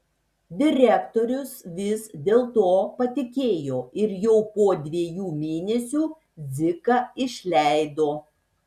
direktorius vis dėl to patikėjo ir jau po dviejų mėnesių dziką išleido